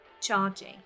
charging